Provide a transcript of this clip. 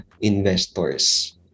investors